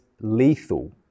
lethal